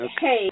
hey